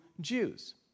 Jews